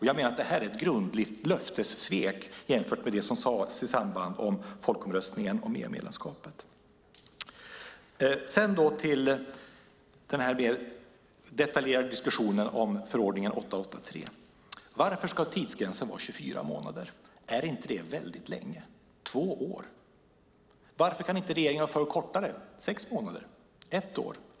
Jag menar att det här är ett grundligt löftessvek jämfört med det som sades i samband med folkomröstningen om EU-medlemskapet. Sedan till den mer detaljerade diskussionen om förordningen 883. Varför ska tidsgränsen vara 24 månader? Är inte det väldigt länge? Två år. Varför kan inte regeringen vara för en kortare tid - sex månader, ett år?